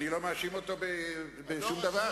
אני לא מאשים אותו בשום דבר.